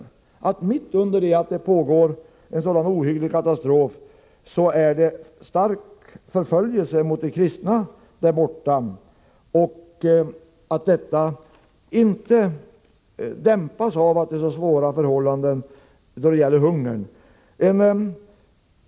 Där beskrivs hur det mitt under det att det pågår en sådan ohygglig katastrof sker en omfattande förföljelse av de kristna där. Förföljelsen dämpas inte av de svåra förhållandena då det gäller hungern.